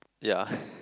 ya